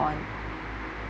on